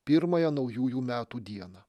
pirmąją naujųjų metų dieną